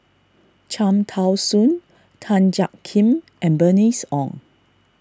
Cham Tao Soon Tan Jiak Kim and Bernice Ong